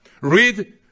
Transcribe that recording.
Read